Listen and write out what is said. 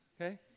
Okay